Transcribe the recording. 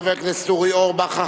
חבר הכנסת אורי אורבך,